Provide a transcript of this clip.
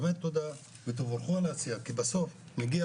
באמת תודה ותבורכו על העשייה כי בסוף מגיע